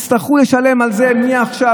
יצטרכו לשלם על זה מעכשיו,